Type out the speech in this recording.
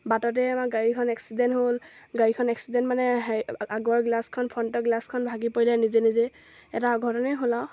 বাটতে আমাৰ গাড়ীখন এক্সিডেণ্ট হ'ল গাড়ীখন এক্সিডেণ্ট মানে হেৰি আগৰ গ্লাচখন ফ্ৰণ্টৰ গ্লাচখন ভাগি পৰিলে নিজে নিজে এটা অঘটনেই হ'ল আৰু